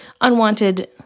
unwanted